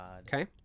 Okay